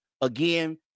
Again